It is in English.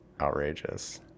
outrageous